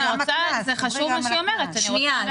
מה שהיא אומרת זה חשוב.